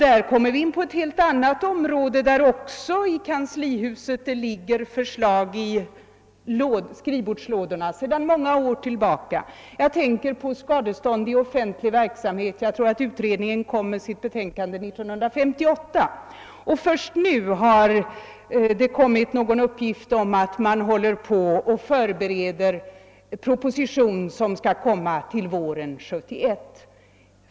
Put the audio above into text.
Där kommer jag in på ett annat område där det också sedan många år lig ger förslag i kanslihusets skrivbordslådor. Jag tänker här på skadestånd i offentlig verksamhet. Jag vill minnas att utredningen lade fram sitt betänkande 1958, men först nu uppges det att man förbereder en proposition som skall föreläggas riksdagen våren 1971.